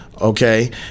Okay